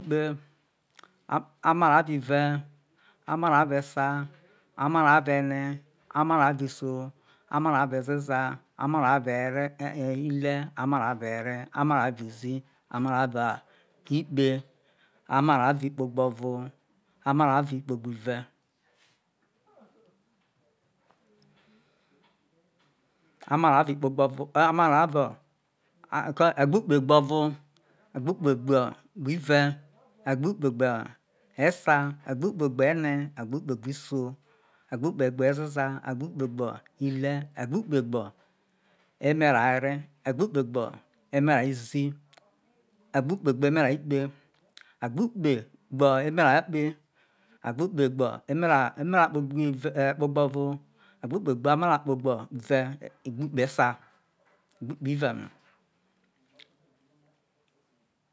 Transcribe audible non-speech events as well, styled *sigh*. *unintelligible* kpe amaro avi ve amara ave sa, amara ave ene, amara aviso, amara ve zeza amara eve ere e ile, amara ave ere, amara avizi, amara avo ikpe amara-avo ikpe gbe ovo, amara-avi kpe gbive *hesitation* amara vi kpe gbovo okeyo amara avo o ko a egbuke gbovo, egbu kpe gbo, ive, egbukpe-gbo esa, egbukpe gbo ene, egbu kpe gbo iso, egbu kpe gbo eze za, egbukpe gbo ile egbu kpe gbo emera ere egbukpe gbo emera izi, egbukpe gbo emera ikpe, egbu kpe gbo emera ikpe, egbu kpe gbo emera kpe gbive e o kpe gbi ovo, egbu kpe gbo amara kpe gbive egbu kpe esa egbu kpe ive na.